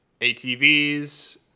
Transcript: ATVs